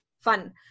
Fun